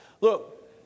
Look